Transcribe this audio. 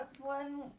one